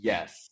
Yes